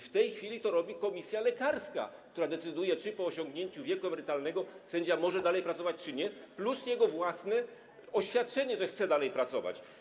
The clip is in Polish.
W tej chwili robi to komisja lekarska, która decyduje, czy po osiągnięciu wieku emerytalnego sędzia może dalej pracować, czy nie, plus potrzebne jest jego własne oświadczenie, że chce dalej pracować.